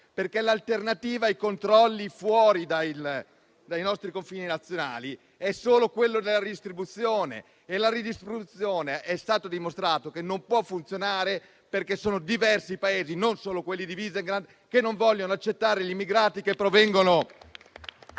perché l'alternativa ai controlli fuori dai nostri confini nazionali è solo quella della redistribuzione. La redistribuzione è stato dimostrato che non può funzionare, perché sono diversi i Paesi, non solo quelli di Visegrad, che non vogliono accettare gli immigrati che provengono